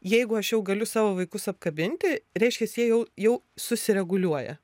jeigu aš jau galiu savo vaikus apkabinti reiškias jie jau jau susireguliuoja